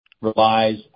relies